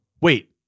Wait